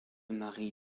marie